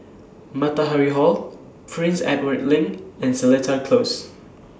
Matahari Hall Prince Edward LINK and Seletar Close